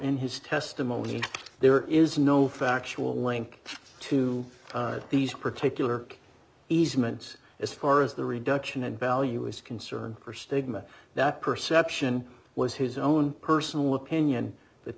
in his testimony if there is no factual link to these particular easements as far as the reduction and value is concerned or stigma that perception was his own personal opinion that